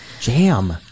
jam